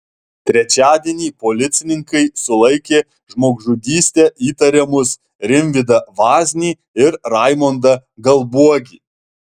trečiadienį policininkai sulaikė žmogžudyste įtariamus rimvydą vaznį ir raimondą galbuogį